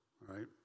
right